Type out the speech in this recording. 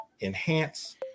enhance